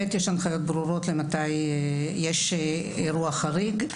יש הנחיות ברורות למתי יש אירוע חריג.